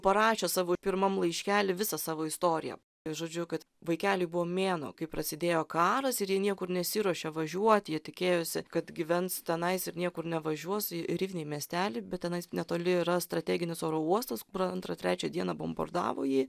parašė savo pirmam laiškely visą savo istoriją ir žodžiu kad vaikeliui buvo mėnuo kai prasidėjo karas ir jie niekur nesiruošė važiuot jie tikėjosi kad gyvens tenais ir niekur nevažiuos į rivnei miestely bet tenais netoli yra strateginis oro uostas kur antrą trečią dieną bombardavo jį